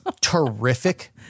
terrific